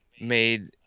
made